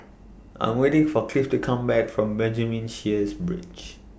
I'm waiting For Cliff to Come Back from Benjamin Sheares Bridge